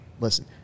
listen